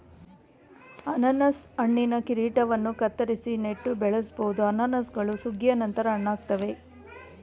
ಅನನಾಸು ಹಣ್ಣಿನ ಕಿರೀಟವನ್ನು ಕತ್ತರಿಸಿ ನೆಟ್ಟು ಬೆಳೆಸ್ಬೋದು ಅನಾನಸುಗಳು ಸುಗ್ಗಿಯ ನಂತರ ಹಣ್ಣಾಗ್ತವೆ